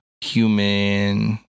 human